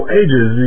ages